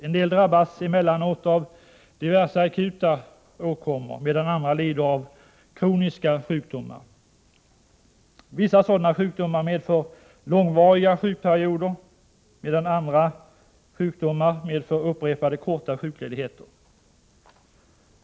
En del drabbas emellanåt av diverse akuta åkommor, medan andra lider av kroniska sjukdomar. Vissa sådana sjukdomar medför långvariga sjukperioder, medan andra sjukdomar medför upprepade korta sjukledigheter.